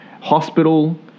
hospital